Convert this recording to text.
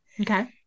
Okay